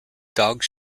dogs